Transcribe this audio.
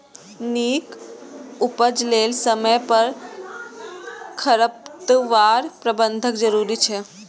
नीक उपज लेल समय पर खरपतवार प्रबंधन जरूरी छै